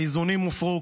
האיזונים הופרו,